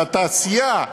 לתעשייה.